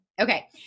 Okay